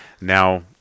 now